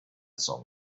song